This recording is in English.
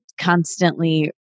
constantly